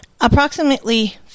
Approximately